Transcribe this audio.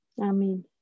Amen